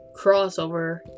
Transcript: crossover